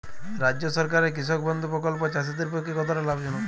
রাজ্য সরকারের কৃষক বন্ধু প্রকল্প চাষীদের পক্ষে কতটা লাভজনক?